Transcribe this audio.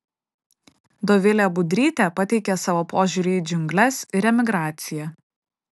dovilė budrytė pateikia savo požiūrį į džiungles ir emigraciją